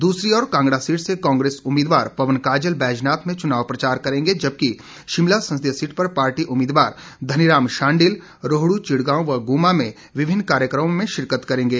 दूसरी ओर कांगड़ा सीट से कांग्रेस उम्मीदवार पवन काजल बैजनाथ में चुनाव प्रचार करेंगे जबकि शिमला संसदीय सीट पर पार्टी उम्मीदवार धनीराम शांडिल रोहड् चिड़गांव व गुम्मा में विभिन्न कार्यक्रमों में शिकरत करेंगे